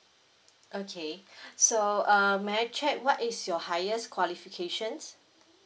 okay so err may I check what is your highest qualifications